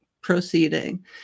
proceeding